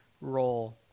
role